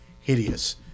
hideous